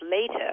later